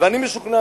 ואני משוכנע,